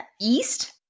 east